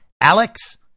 Alex